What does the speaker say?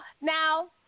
Now